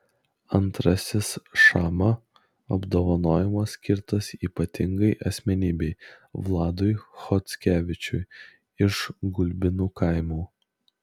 antrasis šama apdovanojimas skirtas ypatingai asmenybei vladui chockevičiui iš gulbinų kaimo